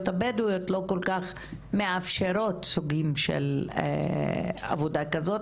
הבדואיות לא כל כך מאפשרות סוגים של עבודה כזו,